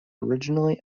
originally